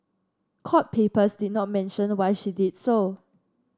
court papers did not mention why she did so